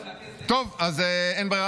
--- תבטלו את הפגרה ------ אתם לא מגיעים ברגיל.